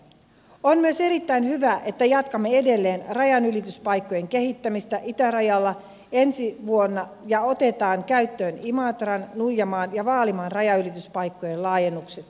on myös erittäin hyvä että jatkamme edelleen rajanylityspaikkojen kehittämistä itärajalla ensi vuonna ja otamme käyttöön imatran nuijamaan ja vaalimaan rajanylityspaikkojen laajennukset